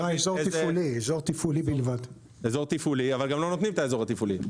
אזור תפעולי, אבל גם לא נותנים את האזור התפעולי.